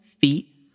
feet